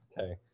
okay